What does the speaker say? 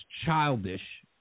childish